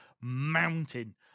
mountain